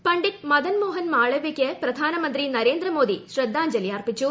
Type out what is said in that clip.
പണ്ഡിറ്റ് മദൻ മോഹൻ മാളവൃയ്ക്ക് പ്രധാനമന്ത്രി നരേന്ദ്രമോദി ശ്രദ്ധാഞ്ജലി അർപ്പിച്ചു